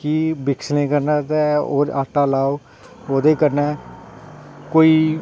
की बिकसलें कन्नै ओह् आटा लाओ ओह्दे कन्नै कोई